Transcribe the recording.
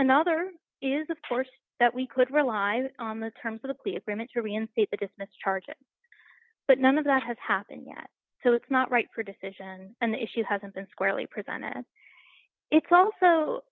another is of course that we could rely on the terms of the plea agreement to reinstate the dismissed charges but none of that has happened yet so it's not right for decision and the issue hasn't been squarely presented it's also